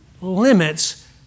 limits